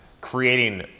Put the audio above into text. creating